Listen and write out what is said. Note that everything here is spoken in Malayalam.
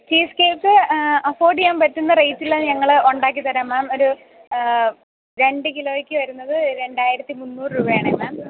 ചീസ് കേക്ക് അഫൊർഡ് ചെയ്യാൻ പറ്റുന്ന റേറ്റില് ഞങ്ങളുണ്ടാക്കിത്തരാം മാം ഒരു രണ്ട് കിലോയ്ക്ക് വരുന്നത് രണ്ടായിരത്തി മുന്നൂറ് രൂപയാണ് മേം